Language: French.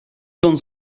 dans